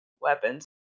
weapons